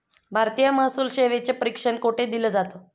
भारतीय महसूल सेवेचे प्रशिक्षण कोठे दिलं जातं?